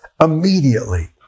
Immediately